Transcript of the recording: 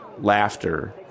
laughter